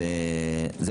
משרד הבריאות.